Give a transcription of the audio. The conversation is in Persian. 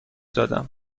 دادم